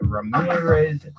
Ramirez